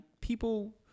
people